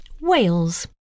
Wales